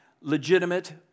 legitimate